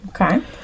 Okay